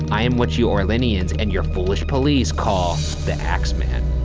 i am what you orleanians, and your foolish police call the axeman.